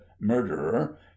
murderer